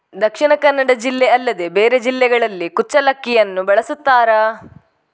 ದಕ್ಷಿಣ ಕನ್ನಡ ಜಿಲ್ಲೆ ಅಲ್ಲದೆ ಬೇರೆ ಜಿಲ್ಲೆಗಳಲ್ಲಿ ಕುಚ್ಚಲಕ್ಕಿಯನ್ನು ಬೆಳೆಸುತ್ತಾರಾ?